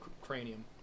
Cranium